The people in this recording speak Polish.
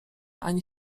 ani